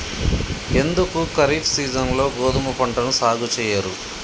ఎందుకు ఖరీఫ్ సీజన్లో గోధుమ పంటను సాగు చెయ్యరు?